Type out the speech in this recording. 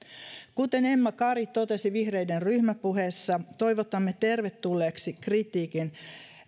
kuten emma kari totesi vihreiden ryhmäpuheessa toivotamme tervetulleeksi kritiikin